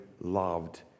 loved